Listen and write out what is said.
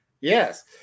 Yes